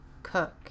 cook